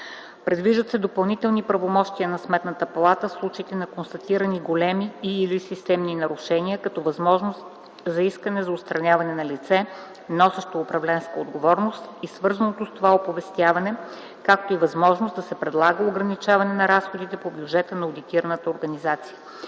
Предвиждат се допълнителни правомощия на Сметната палата в случаите на констатирани големи и/или системни нарушения, като възможност за искане за отстраняване на лице, носещо управленска отговорност и свързаното с това оповестяване, както и възможност да се предлага ограничаване на разходите по бюджета на одитирана организация.